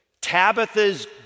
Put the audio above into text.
Tabitha's